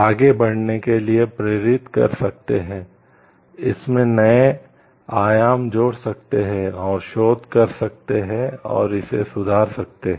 आगे बढ़ने के लिए प्रेरित कर सकते हैं इसमें नए आयाम जोड़ सकते हैं और शोध कर सकते हैं और इसे सुधार सकते हैं